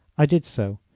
i did so,